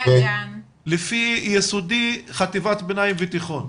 לפי יסודי, חטיבת ביניים ותיכון.